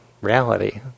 reality